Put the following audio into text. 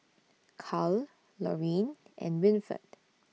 Cal Lorin and Winford